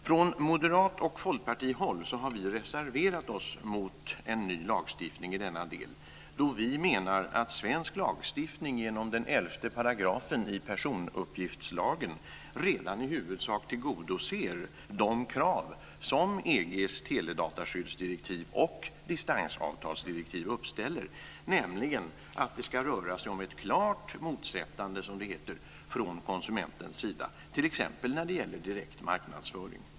Från moderat håll och från folkpartihåll har vi reserverat oss mot en ny lagstiftning i denna del, då vi menar att svensk lagstiftning genom den 11 § i personuppgiftslagen redan i huvudsak tillgodoser de krav som EG:s teledataskyddsdirektiv och distansavtalsdirektiv uppställer, nämligen att det ska röra sig om ett klart motsättande, som det heter, från konsumentens sida, t.ex. när det gäller direkt marknadsföring.